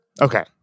Okay